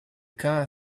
car